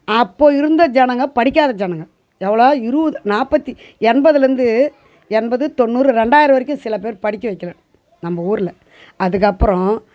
அப்போது இருந்த ஜனங்கள் படிக்காத ஜனங்கள் எவ்வளோ இருபது நாற்பத்தி எண்பதுலேருந்து எண்பது தொண்ணூறு ரெண்டாயிரம் வரைக்கும் சில பேர் படிக்க வைக்கல நம்ம ஊரில் அதுக்கப்பறம்